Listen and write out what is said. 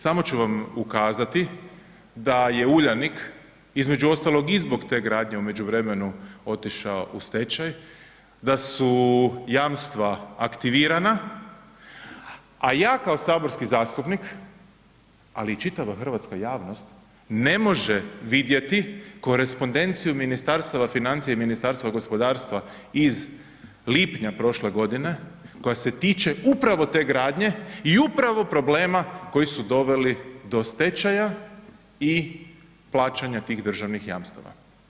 Samo ću vam ukazati da je Uljanik, između ostalog, i zbog te gradnje u međuvremenu otišao u stečaj, da su jamstva aktivirana, a ja kao saborski zastupnik, ali i čitava hrvatska javnost, ne može vidjeti korespondenciju Ministarstava financija i Ministarstva gospodarstva iz lipnja prošle godine koja se tiče upravo te gradnje i upravo problema koji su doveli do stečaja i plaćanja tih državnih jamstava.